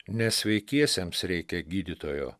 ne sveikiesiems reikia gydytojo